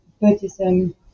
Buddhism